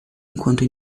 enquanto